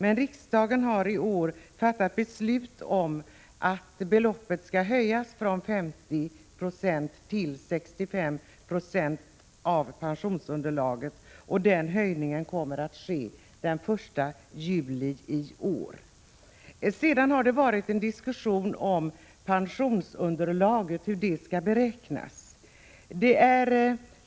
Men riksdagen har i år fattat beslut om att beloppet skall höjas från 50 96 till 65 Z av pensionsunderlaget, och bestämmelsen om den höjningen kommer att träda i kraft den 1 juli i år. Det har förts en diskussion om hur pensionsunderlaget skall beräknas.